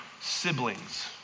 siblings